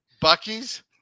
Bucky's